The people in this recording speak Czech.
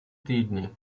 týdny